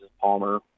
Palmer